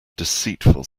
deceitful